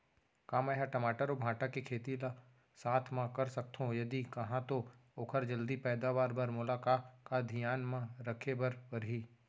का मै ह टमाटर अऊ भांटा के खेती ला साथ मा कर सकथो, यदि कहाँ तो ओखर जलदी पैदावार बर मोला का का धियान मा रखे बर परही?